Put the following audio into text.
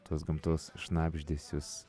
tuos gamtos šnabždesius